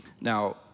Now